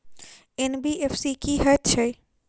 NBFC की हएत छै?